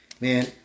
man